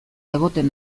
egoten